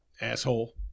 Asshole